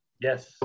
Yes